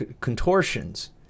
contortions